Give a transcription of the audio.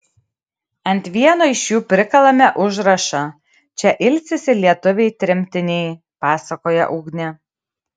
ant vieno iš jų prikalame užrašą čia ilsisi lietuviai tremtiniai pasakoja ugnė